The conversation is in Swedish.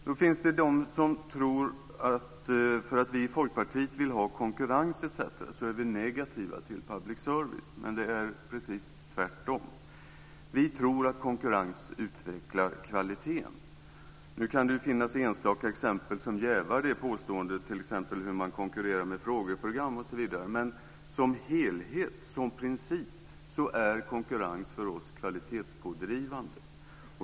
Det finns de som tror att vi i Folkpartiet för att vi vill ha konkurrens, etc., är negativa till public service, men det är precis tvärtom. Vi tror att konkurrens utvecklar kvaliteten. Nu kan det finnas enstaka exempel som jävar det påståendet, t.ex. hur man konkurrerar med frågeprogram, men som helhet och som princip är konkurrens för oss kvalitetspådrivande.